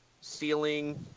ceiling